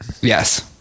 Yes